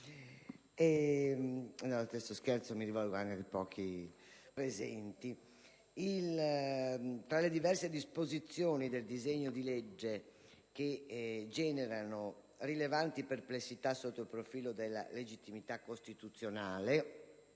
Tra le diverse disposizione del disegno di legge che generano rilevanti perplessità sotto il profilo della legittimità costituzionale